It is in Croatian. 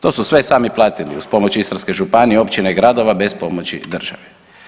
To su sve sami platili uz pomoć Istarske županije, općina i gradova bez pomoći države.